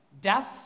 death